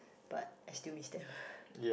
but I still miss them